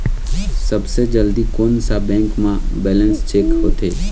सबसे जल्दी कोन सा बैंक म बैलेंस चेक होथे?